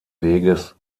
weges